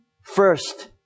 First